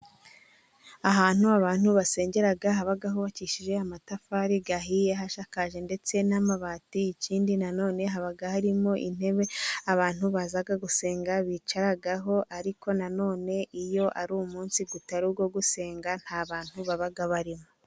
Ahantu abantu basenge, habahubakishije amatafari ahiye, hashakaje ndetse n'amabati, ikindi na none haba harimo, intebe abantu baza gusenga bicaraho, ariko na none iyo ari umunsi utari uwo gusenga, nta bantu baba barimo.